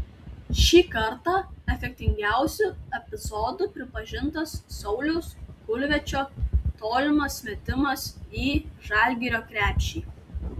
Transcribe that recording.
šį kartą efektingiausiu epizodu pripažintas sauliaus kulviečio tolimas metimas į žalgirio krepšį